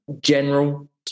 general